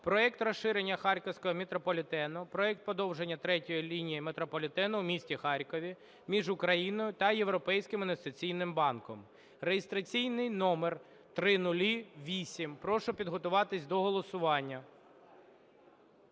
(Проект "Розширення харківського метрополітену" (Проект "Подовження третьої лінії метрополітену у місті Харків") між Україною та Європейським інвестиційним банком (реєстраційний номер 0008). Прошу підготуватись до голосування.